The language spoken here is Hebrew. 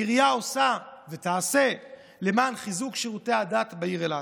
העירייה עושה ותעשה למען חיזוק שירותי הדת בעיר אילת.